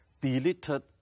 deleted